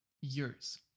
years